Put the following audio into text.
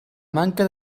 manca